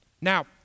Now